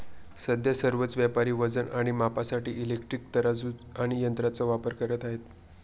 सध्या सर्वच व्यापारी वजन आणि मापासाठी इलेक्ट्रॉनिक तराजू आणि यंत्रांचा वापर करत आहेत